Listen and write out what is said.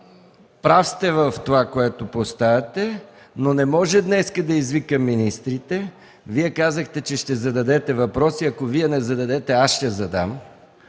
Прав сте в това, което поставяте, но не може днес да извикам министрите. Вие казахте, че ще зададете въпроси. Ако Вие не зададете – аз ще задам,